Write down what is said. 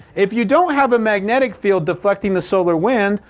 if you don't have a magnetic field deflecting the solar wind,